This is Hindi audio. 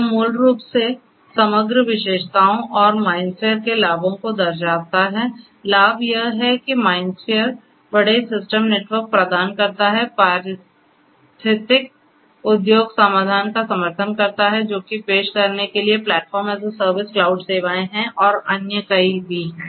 यह मूल रूप से समग्र विशेषताओं और माइंडस्फेयर के लाभों को दर्शाता है लाभ यह है कि माइंडस्फीयर बड़े सिस्टम नेटवर्क प्रदान करता है पारिस्थितिक औद्योगिक समाधान का समर्थन करता है जो कि पेश करने के लिए platform as a service cloud सेवाएं हैं और कई अन्य भी हैं